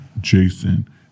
Jason